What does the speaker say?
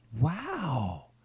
wow